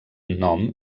nom